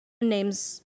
names